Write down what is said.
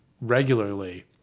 regularly